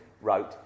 wrote